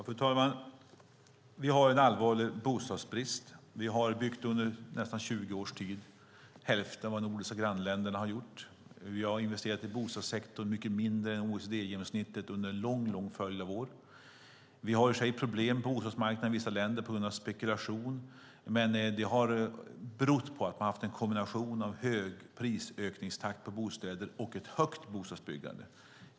Fru talman! Vi har en allvarlig bostadsbrist. Vi har under nästan 20 års tid byggt hälften av vad de nordiska grannländerna har gjort. Vi har investerat mycket mindre i bostadssektorn än OECD-genomsnittet under en mycket lång följd av år. Man har i och för sig problem på bostadsmarknaden i vissa länder på grund av spekulation, men det har berott på att man har haft en kombination av hög prisökningstakt på bostäder och ett högt bostadsbyggande.